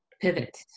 pivot